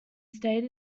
stayed